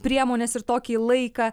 priemones ir tokį laiką